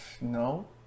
No